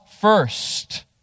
first